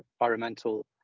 environmental